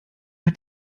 hat